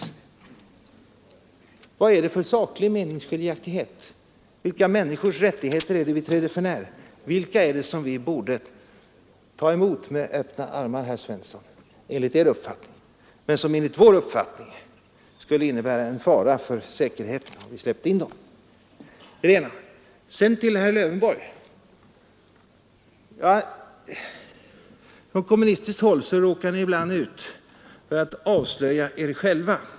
Vad föreligger det för saklig meningsskiljaktighet här? Vilka människors rättigheter är det som vi träder för när? Vilka är det som vi borde ta emot med öppna armar enligt herr Svenssons uppfattning men som enligt vår uppfattning skulle innebära en fara för säkerheten om vi släppte in dem? Till herr Lövenborg vill jag säga att ni ibland på kommunistiskt håll råkar ut för att avslöja er själva.